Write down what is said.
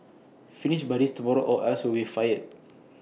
finish this by tomorrow or else you'll be fired